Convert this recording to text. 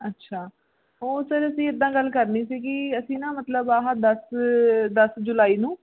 ਅੱਛਾ ਉਹ ਫਿਰ ਅਸੀਂ ਇੱਦਾਂ ਗੱਲ ਕਰਨੀ ਸੀਗੀ ਅਸੀਂ ਨਾ ਮਤਲਬ ਆਹਾ ਦਸ ਦਸ ਜੁਲਾਈ ਨੂੰ